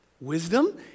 wisdom